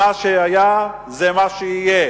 מה שהיה זה מה שיהיה,